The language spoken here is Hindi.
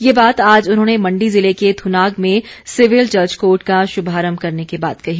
ये बात आज उन्होंने मण्डी जिले के थुनाग में सिविल जज कोर्ट का शमारम्म करने के बाद कही